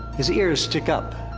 his ears stick up,